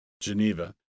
Geneva